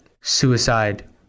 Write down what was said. suicide